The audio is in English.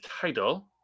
title